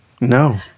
No